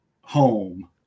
home